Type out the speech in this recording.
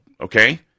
okay